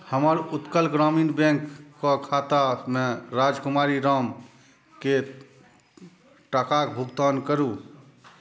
हमर उत्कल ग्रामीण बैंकके खातामे राजकुमारी रामकेँ टाकाक भुगतान करू